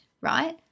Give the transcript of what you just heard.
right